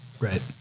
Right